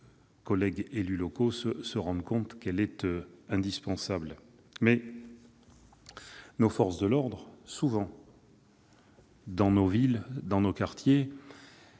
collègues élus locaux se rendent compte qu'elle est indispensable. Nos forces de l'ordre, dans nos villes, dans nos quartiers,